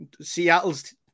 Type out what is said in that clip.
Seattle's